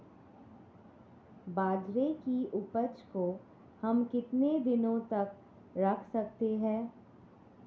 बाजरे की उपज को हम कितने दिनों तक रख सकते हैं?